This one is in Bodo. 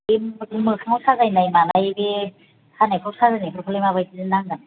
बे मोखां साजायनाय मानाय बे खानायखौ साजायनायफोरखौलाय माबादि नांगोन